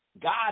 God